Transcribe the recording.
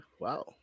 Wow